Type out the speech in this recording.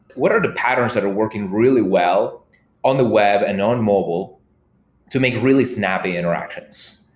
what are the patterns that are working really well on the web and on mobile to make really snappy interactions?